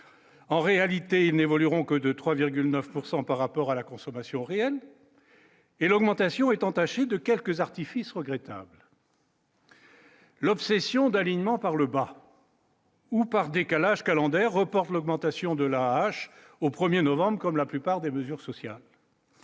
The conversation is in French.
en réalité ils n'évolueront que de 3,9 pourcent par rapport à la consommation réelle. Et l'augmentation est entâchée de quelques artifices regrettable. L'obsession d'alignement par le bas. Ou par décalages calendaires reporte l'augmentation de la rage au 1er novembre comme la plupart des mesures sociales.